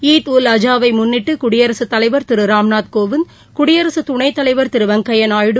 ஈத் உல் அஜாவை முன்னிட்டு குடியரசுத் தலைவர் திரு ராம்நாத் கோவிந்த் குடியரசு துணைத்தலைவர் திரு வெங்கையா நாயுடு